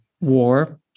war